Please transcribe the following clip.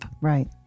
Right